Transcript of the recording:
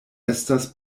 estas